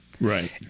right